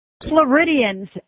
Floridians